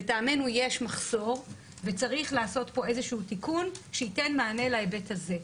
לטעמנו יש מחסור וצריך לעשות פה איזשהו תיקון שייתן מענה להיבט הזה.